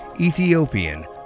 Ethiopian